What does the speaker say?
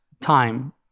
time